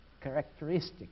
characteristic